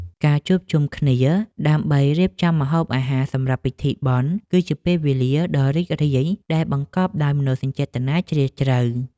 ការជួបជុំគ្នាដើម្បីរៀបចំម្ហូបអាហារសម្រាប់ពិធីបុណ្យ គឺជាពេលវេលាដ៏រីករាយដែលបង្កប់ដោយមនោសញ្ចេតនាជ្រាលជ្រៅ។